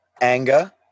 anger